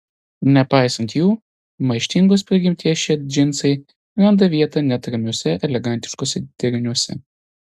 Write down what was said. nepaisant jų maištingos prigimties šie džinsai randa vietą net ramiuose elegantiškuose deriniuose